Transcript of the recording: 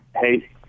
Hey